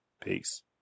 Peace